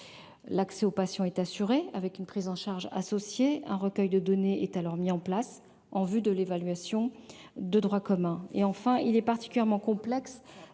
l'accès aux patients est assurée, avec une prise en charge, un recueil de données est alors mis en place en vue de l'évaluation de droit commun et, enfin, il est particulièrement complexe